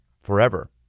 forever